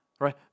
right